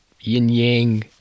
yin-yang